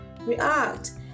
react